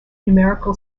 numerical